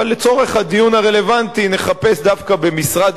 אבל לצורך הדיון הרלוונטי נחפש דווקא במשרד